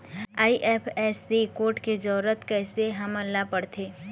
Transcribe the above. IFSC code के जरूरत कैसे हमन ला पड़थे?